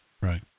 Right